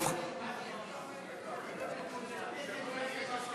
חבר הכנסת באסל גטאס.